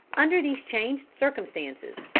under these changed circumstances,